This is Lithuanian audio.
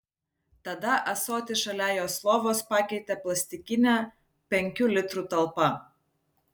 tada ąsotį šalia jos lovos pakeitė plastikinė penkių litrų talpa